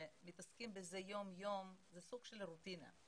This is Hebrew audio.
שמתעסקים בזה יום יום זה סוג של רוטינה.